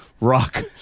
rock